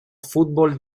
fútbol